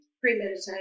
premeditated